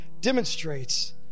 demonstrates